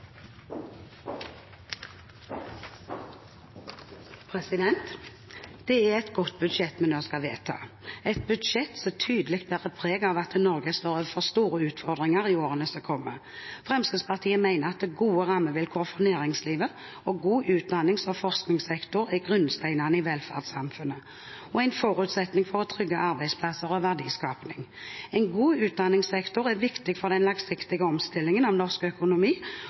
nå skal vedta – et budsjett som tydelig bærer preg av at Norge står overfor store utfordringer i årene som kommer. Fremskrittspartiet mener at gode rammevilkår for næringslivet og en god utdannings- og forskningssektor er grunnsteinene i velferdssamfunnet og en forutsetning for å trygge arbeidsplasser og verdiskaping. En god utdanningssektor er viktig for den langsiktige omstillingen av norsk økonomi,